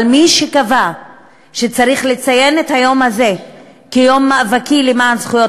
אבל מי שקבע שצריך לציין את היום הזה כיום מאבק למען זכויות